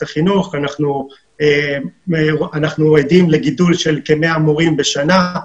החינוך ואנחנו עדים לגידול של כ-100 מורים בשנה.